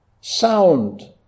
Sound